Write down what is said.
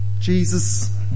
Jesus